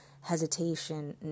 hesitation